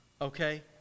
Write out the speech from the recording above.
okay